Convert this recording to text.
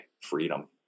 freedom